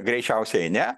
greičiausiai ne